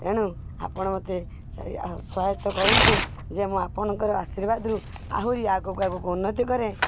ତେଣୁ ଆପଣ ମୋତେ ସହାୟତା କରନ୍ତୁ ଯେ ମୁଁ ଆପଣଙ୍କର ଆଶୀର୍ବାଦରୁ ଆହୁରି ଆଗକୁ ଆଗକୁ ଉନ୍ନତି କରେ